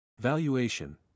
Valuation